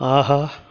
ஆஹா